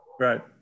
Right